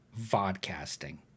vodcasting